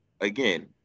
again